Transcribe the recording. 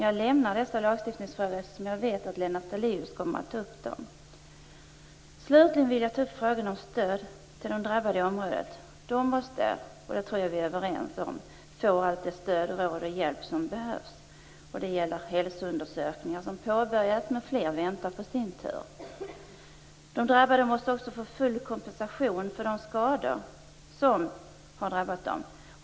Jag lämnar dessa lagstiftningsfrågor eftersom jag vet att Lennart Daléus kommer att ta upp dem. Slutligen vill jag ta upp frågan om stöd till de drabbade i området. De måste - det tror jag att vi är överens om - få allt det stöd, all den hjälp och alla de råd som behövs. Hälsoundersökningar har påbörjats, men fler väntar på sin tur. De drabbade måste också få full kompensation för de skador som har drabbat dem.